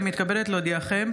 אני מתכבדת להודיעכם,